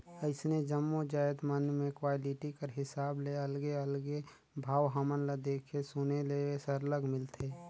अइसने जम्मो जाएत मन में क्वालिटी कर हिसाब ले अलगे अलगे भाव हमन ल देखे सुने ले सरलग मिलथे